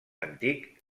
antic